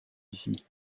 ici